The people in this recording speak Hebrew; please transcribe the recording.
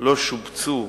לא שובצו